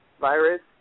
virus